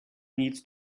needs